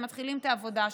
והם מתחילים את העבודה שם.